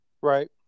Right